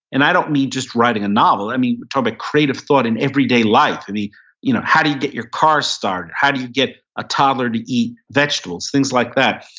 and i don't mean just writing a novel, i mean but but creative thought in everyday life. you know how do you get your car started? how do you get a toddler to eat vegetables? things like that.